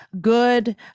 good